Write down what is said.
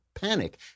panic